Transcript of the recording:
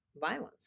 violence